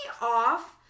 off